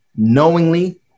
knowingly